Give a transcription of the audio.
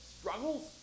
struggles